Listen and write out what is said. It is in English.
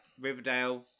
Riverdale